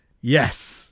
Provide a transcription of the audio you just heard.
yes